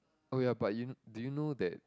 oh ya but you know do you know that